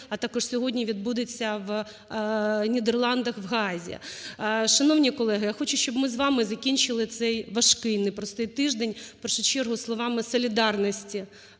а також сьогодні відбудеться в Нідерландах, в Гаазі. Шановні колеги, я хочу, щоб ми з вами закінчили цей важкий і непростий тиждень в першу чергу словами солідарності